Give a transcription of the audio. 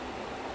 ya